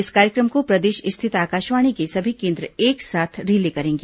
इस कार्यक्रम को प्रदेश स्थित आकाशवाणी के सभी केन्द्र एक साथ रिले करेंगे